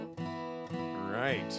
right